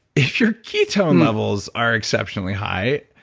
if your ketone levels are exceptionally high,